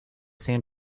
san